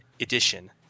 edition